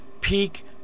peak